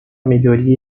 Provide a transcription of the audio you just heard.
melhoria